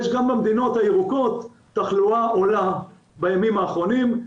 גם במדינות הירוקות יש תחלואה עולה בימים האחרונים,